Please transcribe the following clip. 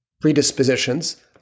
predispositions